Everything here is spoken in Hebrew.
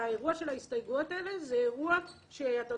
האירוע של ההסתייגויות האלה, זה אירוע שדרש